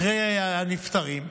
אחרי הנפטרים.